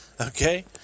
Okay